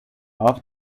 auf